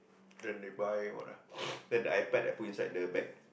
then they buy what ah take the iPad and put inside the bag